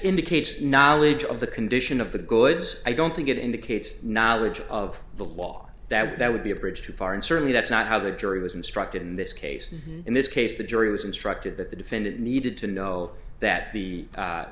indicates knowledge of the condition of the goods i don't think it indicates knowledge of the law that that would be a bridge too far and certainly that's not how the jury was instructed in this case and in this case the jury was instructed that the defendant needed to know that the